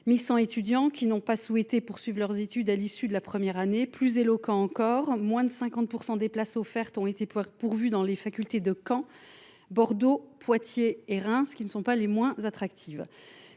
1 100 étudiants n’ont pas souhaité poursuivre leurs études à l’issue de la première année ! Taux plus éloquent encore, moins de 50 % des places offertes ont été pourvues dans les facultés de Caen, Bordeaux, Poitiers et Reims, qui ne sont pas les moins attractives